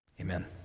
Amen